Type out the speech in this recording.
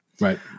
Right